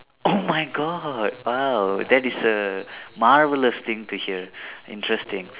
oh my God !wow! that is a marvellous thing to hear interesting